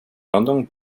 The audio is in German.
london